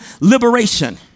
liberation